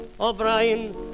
O'Brien